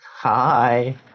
Hi